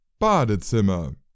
Badezimmer